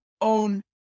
own